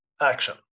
action